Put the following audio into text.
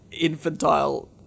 infantile